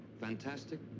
Fantastic